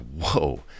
Whoa